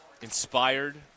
Inspired